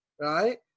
right